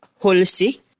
Hulsi